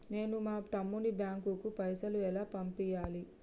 నేను మా తమ్ముని బ్యాంకుకు పైసలు ఎలా పంపియ్యాలి?